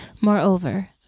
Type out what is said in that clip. Moreover